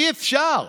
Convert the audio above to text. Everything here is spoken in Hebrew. אי-אפשר.